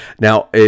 Now